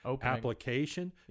application